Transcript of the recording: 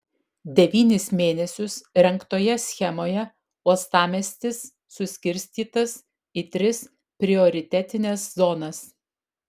devynis mėnesius rengtoje schemoje uostamiestis suskirstytas į tris prioritetines zonas